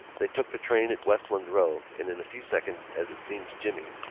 they took the train at westland row and in a few seconds, as it seemed to jimmy,